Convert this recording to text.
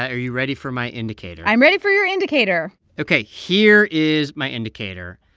are you ready for my indicator? i'm ready for your indicator ok, here is my indicator.